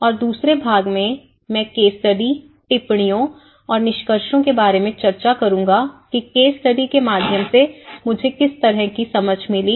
और दूसरे भाग में मैं केस स्टडी टिप्पणियों और निष्कर्षों के बारे में चर्चा करूंगा कि केस स्टडी के माध्यम से मुझे किस तरह की समझ मिली